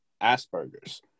Asperger's